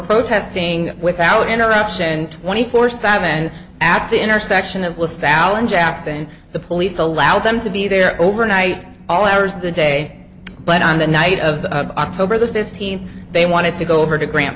protesting without interruption twenty four seven at the intersection of will salinger act and the police allow them to be there overnight all hours of the day but on the night of october the fifteenth they wanted to go over to grant